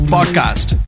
Podcast